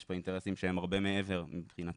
יש בה אינטרסים שהם הרבה מעבר מבחינתנו.